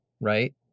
right